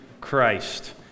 Christ